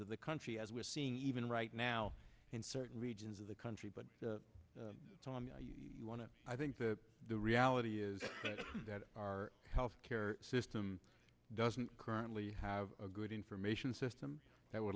of the country as we're seeing even right now in certain regions of the country but you want to i think that the reality is that our health care system doesn't currently have a good information system that w